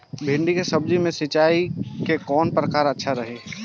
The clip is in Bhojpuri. भिंडी के सब्जी मे सिचाई के कौन प्रकार अच्छा रही?